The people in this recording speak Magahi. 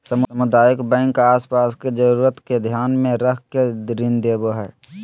सामुदायिक बैंक आस पास के जरूरत के ध्यान मे रख के ऋण देवो हय